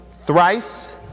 thrice